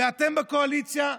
ואתם בקואליציה,